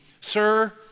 sir